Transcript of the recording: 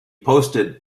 posted